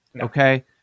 Okay